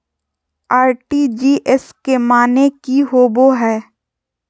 RTGS के माने की होबो है?